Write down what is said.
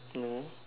no